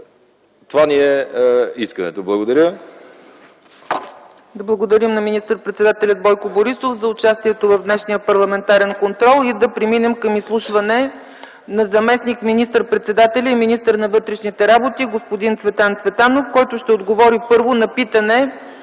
Това е искането ни. Благодаря.